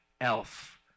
elf